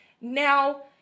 Now